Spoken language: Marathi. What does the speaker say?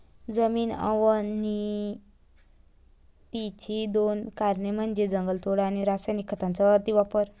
जमीन अवनतीची दोन कारणे म्हणजे जंगलतोड आणि रासायनिक खतांचा अतिवापर